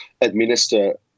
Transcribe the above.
administer